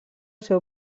seu